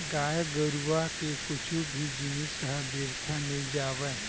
गाय गरुवा के कुछु भी जिनिस ह बिरथा नइ जावय